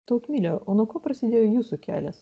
tautmile o nuo ko prasidėjo jūsų kelias